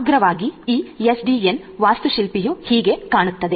ಸಮಗ್ರವಾಗಿ ಈ ಎಸ್ಡಿಎನ್ ವಾಸ್ತುಶಿಲ್ಪವು ಹೀಗೆ ಕಾಣುತ್ತದೆ